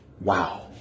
wow